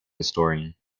historian